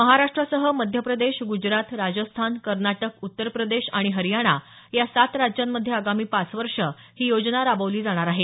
महाराष्ट्रासह मध्यप्रदेश ग्जरात राजस्थान कर्नाटक उत्तरप्रदेश आणि हरयाणा या सात राज्यांमध्ये आगामी पाच वर्ष ही योजना राबवली जाणार आहे